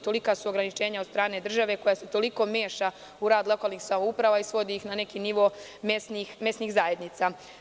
Tolika su ograničenja od strane ljudi koja se toliko meša u rad lokalnih samouprava i svodi ih na neki nivo mesnih zajednica.